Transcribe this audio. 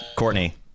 Courtney